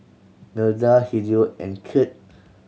Milda Hideo and Kirt